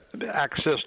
access